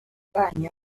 baño